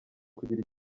kugira